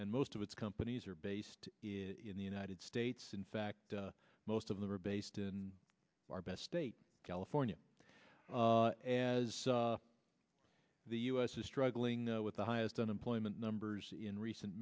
and most of its companies are based in the united states in fact most of them are based in our best state california as the us is struggling with the highest unemployment numbers in recent